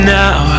now